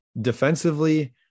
Defensively